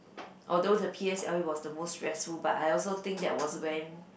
although the P_S_L_E was the most stressful but I also think that was when